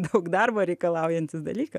daug darbo reikalaujantis dalykas